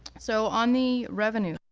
so on the revenues,